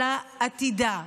אלא של עתידה.